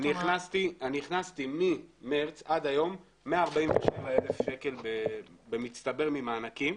אני הכנסתי מחודש מארס ועד היום 147,000 שקלים במצטבר ממענקים,